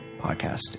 podcast